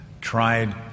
tried